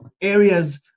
areas